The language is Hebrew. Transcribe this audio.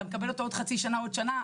ואתה מקבל אותו עוד חצי שנה או שנה,